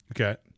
Okay